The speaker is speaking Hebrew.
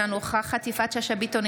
אינה נוכחת יפעת שאשא ביטון,